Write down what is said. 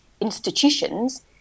institutions